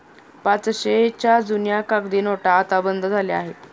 पाचशेच्या जुन्या कागदी नोटा आता बंद झाल्या आहेत